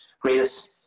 greatest